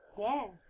Yes